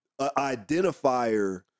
identifier